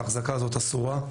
מהאחזקה הזאת אסורה,